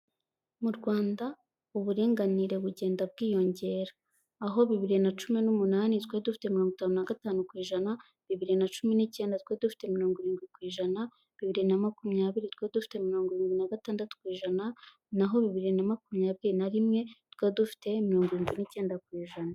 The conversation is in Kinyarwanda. Mu Rwanda uburinganire bugenda bwiyongera. Aho bibiri na cumi n'umunani twari dufite mirongo itanu na gatanu ku ijana, bibiri nacumi n'icyenda twari dufite mirongo irindwi ku ijana, bibiri na makumyabiri twari dufite mirongo irindwi na gatandatu ku ijana, naho bibiri na makumyabiri nari rimwe twari dufite mirongo irindwi n'icyenda ku ijana.